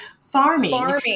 farming